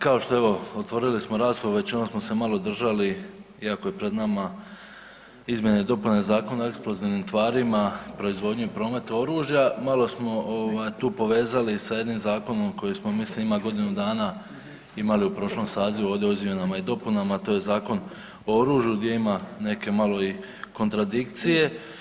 Kao što je ovo, otvorili smo raspravu, većinom smo se malo držali iako je pred nama izmjene i dopune Zakona o eksplozivnim tvarima, proizvodnji i prometu oružja, malo smo ovaj tu povezali sa jednim zakonom koji smo, mislim ima godinu dana, imali u prošlom sazivu ovdje o izmjenama i dopunama, a to je Zakon o oružju gdje ima neke malo i kontradikcije.